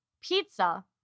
Pizza